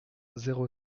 zéro